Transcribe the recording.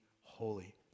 holy